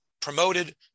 promoted